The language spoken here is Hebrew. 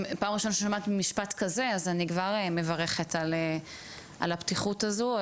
אם פעם ראשונה שאני שומעת משפט כזה אז אני כבר מברכת על הפתיחות הזו.